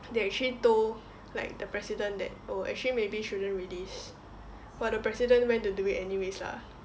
they actually told like the president that oh actually maybe shouldn't release but the president went to do it anyways lah